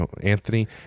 Anthony